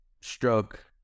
stroke